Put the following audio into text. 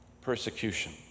persecution